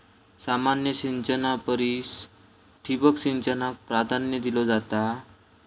सामान्य सिंचना परिस ठिबक सिंचनाक प्राधान्य दिलो जाता